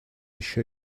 еще